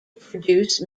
produce